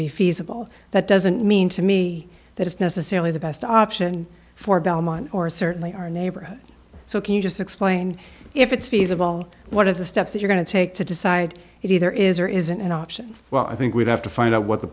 be feasible that doesn't mean to me that it's necessarily the best option for belmont or certainly our neighborhood so can you just explain if it's feasible what are the steps that are going to take to decide it either is or isn't an option well i think we'd have to find out what the